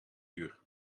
uur